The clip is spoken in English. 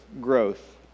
growth